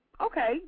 Okay